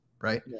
right